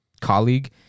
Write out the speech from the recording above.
colleague